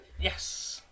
Yes